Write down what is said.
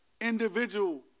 individual